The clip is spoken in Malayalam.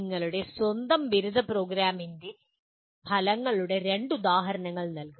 നിങ്ങളുടെ സ്വന്തം ബിരുദ പ്രോഗ്രാമിൻ്റെ ഫലങ്ങളുടെ രണ്ട് ഉദാഹരണങ്ങൾ നൽകുക